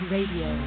Radio